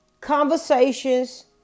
conversations